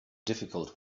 difficult